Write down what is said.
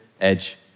edge